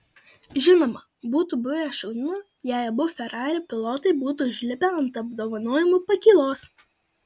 žinoma būtų buvę šaunu jei abu ferrari pilotai būtų užlipę ant apdovanojimų pakylos